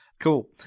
Cool